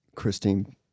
Christine